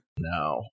No